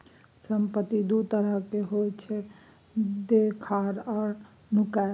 संपत्ति दु तरहक होइ छै देखार आ नुकाएल